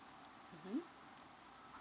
mm